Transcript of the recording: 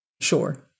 sure